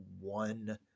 one